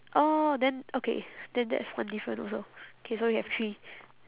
oh then okay then that's one different also okay so we have three